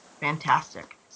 Fantastic